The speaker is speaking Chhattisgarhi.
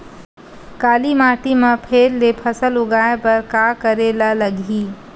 काली माटी म फेर ले फसल उगाए बर का करेला लगही?